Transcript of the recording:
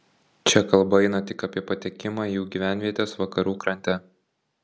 čia kalba eina tik apie patekimą į jų gyvenvietes vakarų krante